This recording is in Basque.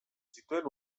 zituen